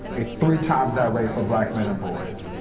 it's three times that rate for black men and boys.